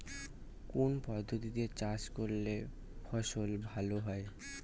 কোন পদ্ধতিতে চাষ করলে ফসল ভালো হয়?